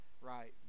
right